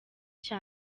cya